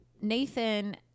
Nathan